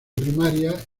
primaria